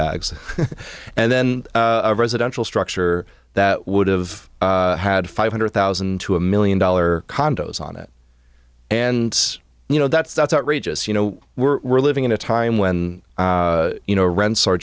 bags and then residential structure that would've had five hundred thousand to a million dollar condos on it and you know that's that's outrageous you know we're living in a time when you know rents are